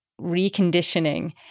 reconditioning